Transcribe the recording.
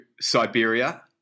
Siberia